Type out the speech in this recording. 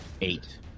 Eight